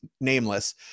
nameless